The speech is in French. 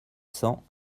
cents